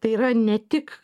tai yra ne tik